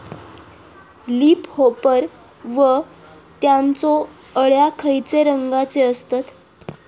Leaf hopper व त्यानचो अळ्या खैचे रंगाचे असतत?